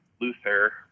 Luther